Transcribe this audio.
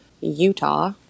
Utah